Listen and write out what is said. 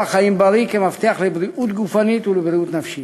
אורח חיים בריא כמפתח לבריאות גופנית ולבריאות נפשית.